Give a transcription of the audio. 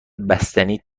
بستنی